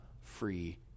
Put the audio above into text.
free